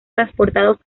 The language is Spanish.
transportados